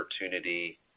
opportunity